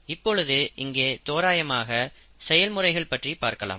இப்பொழுது இங்கே தோராயமாக செயல்முறைகள் பற்றி பார்க்கலாம்